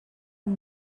amb